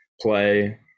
play